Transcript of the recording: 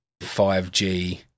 5g